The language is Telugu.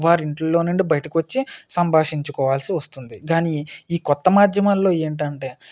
వారి ఇంట్లో నుండి బయటకు వచ్చి సంభాషించుకోవలసి వస్తుంది కానీ ఈ కొత్త మాధ్యమాలలో ఏంటంటే